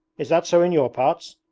is that so in your parts.